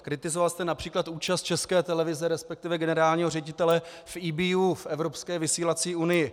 Kritizoval jste například účast České televize, resp. generálního ředitele, v EBU, v Evropské vysílací unii.